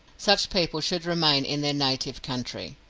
such people should remain in their native country.